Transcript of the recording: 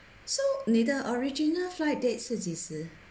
so 你的 original flight date 是几时